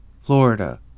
Florida